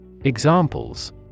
Examples